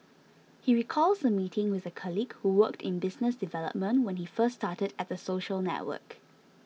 he recalls a meeting with a colleague who worked in business development when he first started at the social network